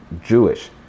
Jewish